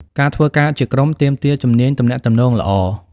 ការធ្វើការជាក្រុមទាមទារ ជំនាញទំនាក់ទំនង ល្អ។